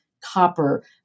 copper